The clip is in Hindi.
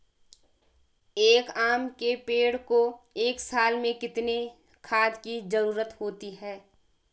एक आम के पेड़ को एक साल में कितने खाद की जरूरत होती है?